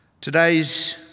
Today's